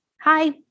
Hi